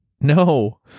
no